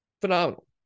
phenomenal